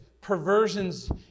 perversions